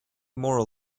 moral